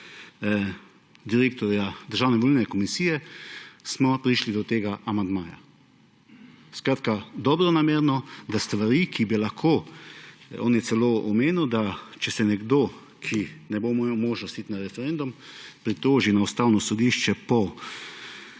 direktorja Državne volilne komisije smo prišli do tega amandmaja. Skratka, dobronamerno, da stvari, ki bi lahko − on je celo omenil, da če se nekdo, ki ne bo imel možnost iti na referendum, pritoži na Ustavno sodišče po